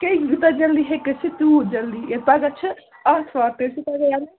کیٛازِ یوٗتاہ جلدٕے ہیٚکہِ گٔژھِتھ تیٛوٗت جلدٕے یِتھ پگاہ چھِ آتھوار تُہۍ ٲسوٕ پگاہ یَلہٕ